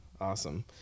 Awesome